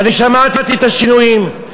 ואני שמעתי את השינויים,